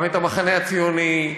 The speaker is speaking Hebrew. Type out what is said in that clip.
איך ש"הארץ" מקרקס גם את המחנה הציוני,